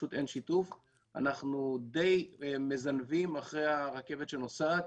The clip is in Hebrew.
אנחנו די מזנבים אחרי הרכבת שנוסעת.